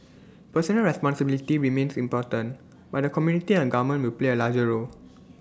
personal responsibility remains important but the community and government will play A larger role